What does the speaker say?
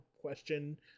question